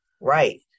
Right